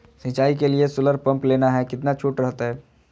सिंचाई के लिए सोलर पंप लेना है कितना छुट रहतैय?